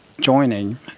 joining